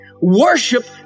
Worship